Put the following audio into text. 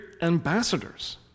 ambassadors